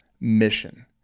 mission